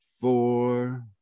four